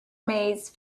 maze